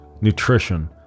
nutrition